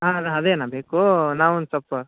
ಹಾಂ ಅಣ್ಣ ಅದೇ ಅಣ್ಣ ಬೇಕು ನಾವು ಒಂದು ಸ್ವಲ್ಪ